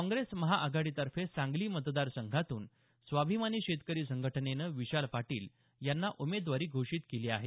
काँग्रेस महाआघाडीतर्फे सांगली मतदारसंघातून स्वाभिमानी शेतकरी संघटनेनं विशाल पाटील यांना उमेदवारी घोषित केली आहे